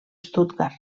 stuttgart